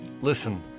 Listen